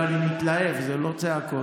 אבל אני מתלהב, זה לא צעקות.